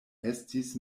estis